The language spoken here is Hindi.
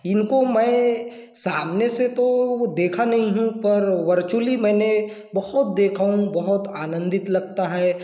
इनको मैं सामने से तो देखा नहीं हूँ पर वर्चुअली मैंने बहुत देखा हूँ बहुत आनंदित लगता है